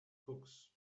books